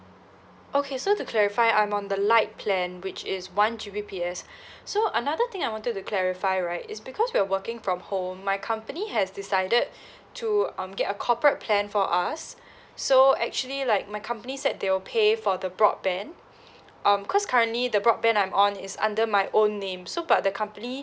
okay so to clarify I'm on the light plan which is one G_B_P_S so another thing I wanted to clarify right is because we're working from home my company has decided to um get a corporate plan for us so actually like my company said they will pay for the broadband um cause currently the broadband I'm on is under my own name so but the company